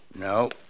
No